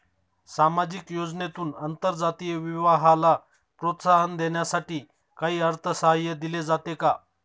सामाजिक योजनेतून आंतरजातीय विवाहाला प्रोत्साहन देण्यासाठी काही अर्थसहाय्य दिले जाते का?